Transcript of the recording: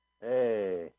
Hey